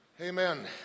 amen